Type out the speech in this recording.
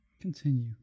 Continue